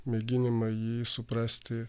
mėginimą jį suprasti